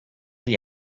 gli